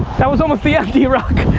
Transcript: that was almost the end, d-rock.